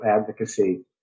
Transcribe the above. advocacy